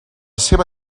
seva